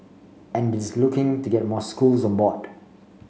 and it is looking to get more schools on board